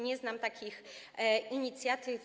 Nie znam takich inicjatyw.